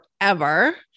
forever